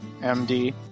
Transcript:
MD